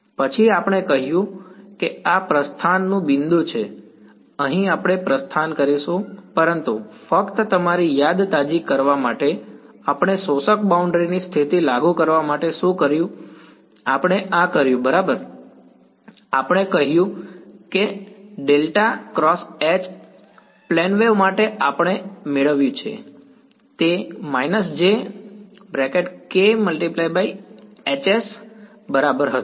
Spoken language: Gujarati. પછી આપણે કહ્યું કે આ પ્રસ્થાનનું બિંદુ છે અહીં આપણે પ્રસ્થાન કરીશું પરંતુ ફક્ત તમારી યાદ તાજી કરવા માટે આપણે શોષક બાઉન્ડ્રી ની સ્થિતિ લાગુ કરવા માટે શું કર્યું આપણે આ કર્યું બરાબર આપણે કહ્યું કે આ પ્લેન વેવ માટે આપણે મેળવ્યું છે તે તે બરાબર હતું